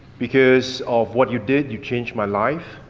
because of what you did, you changed my life.